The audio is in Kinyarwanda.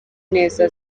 neza